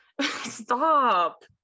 Stop